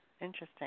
Interesting